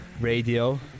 radio